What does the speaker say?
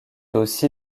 aussi